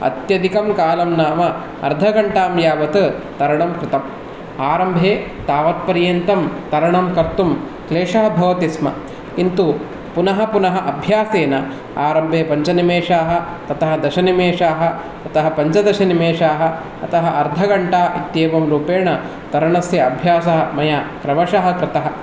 अत्यधिकं कालं नाम अर्धघण्टां यावत् तरणं कृतम् आरम्भे तावत् पर्यन्तं तरणं कर्तुं क्लेशः भवति स्म किन्तुः पुनः पुनः अभ्यासेन आरम्भे पञ्च निमेषाः ततः दश निमेषाः ततः पञ्चदश निमेषाः ततः अर्धघण्टा इत्येवं रूपेण तरणस्य अभ्यासः मया क्रमशः कृतः